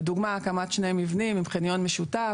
לדוגמה: הקמת שני מבנים עם חניון משותף.